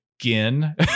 again